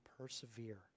persevere